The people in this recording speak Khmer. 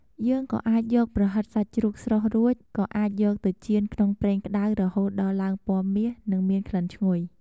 យើងក៏អាចយក ប្រហិតសាច់ជ្រូកស្រុះរួច ក៏អាចយកទៅចៀនក្នុងប្រេងក្តៅរហូតដល់ឡើងពណ៌មាស និងមានក្លិនឈ្ងុយ។